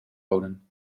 wonen